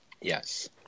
yes